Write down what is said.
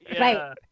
Right